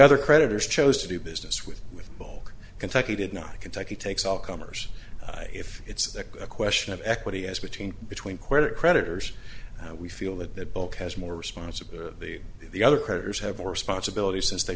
other creditors chose to do business with with all kentucky did not kentucky takes all comers if it's a question of equity as between between credit creditors we feel that that book has more responsible the other creditors have or sponsibility since they